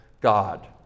God